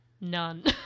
None